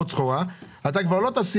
אני מבקש שתדייק